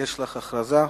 יש לך הכרזה.